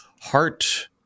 heart